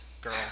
girl